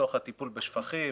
התש"ף-2020.